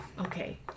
Okay